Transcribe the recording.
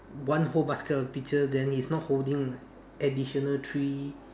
one whole basket of peaches then he's not holding like additional three